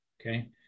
okay